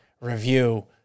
review